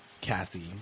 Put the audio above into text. Cassie